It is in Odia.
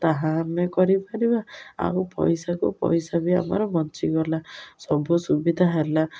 ତାହା ଆମେ କରିପାରିବା ଆଉ ପଇସାକୁ ପଇସା ବି ଆମର ବଞ୍ଚିଗଲା ସବୁ ସୁବିଧା ହେଲା